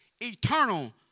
eternal